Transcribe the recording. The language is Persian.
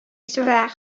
بذاری